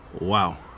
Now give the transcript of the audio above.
Wow